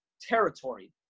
territory